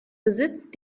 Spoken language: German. besitzt